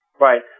Right